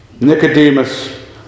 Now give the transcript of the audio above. Nicodemus